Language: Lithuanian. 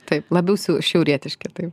taip labiau siu šiaurietiški taip